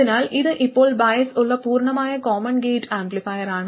അതിനാൽ ഇത് ഇപ്പോൾ ബയസ് ഉള്ള പൂർണ്ണമായ കോമൺ ഗേറ്റ് ആംപ്ലിഫയറാണ്